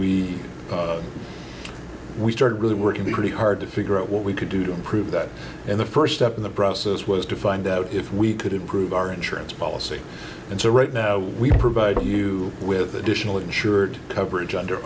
we we started really working pretty hard to figure out what we could do to improve that and the first step in the process was to find out if we could improve our insurance policy and so right now we provide you with additional insured coverage under